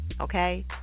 Okay